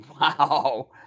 wow